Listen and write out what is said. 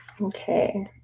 Okay